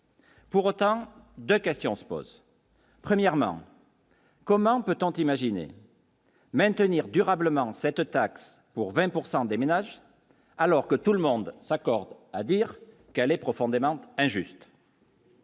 pour autant, 2 questions se posent : premièrement, comment peut tant imaginer. Maintenir durablement cette taxe pour 20 pourcent des ménages alors que tout le monde s'accorde à dire qu'elle est profondément injuste.